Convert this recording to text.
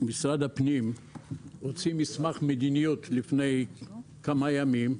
הפנים הוציא מסמך מדיניות לפני כמה ימים,